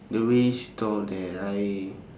the way she thought that I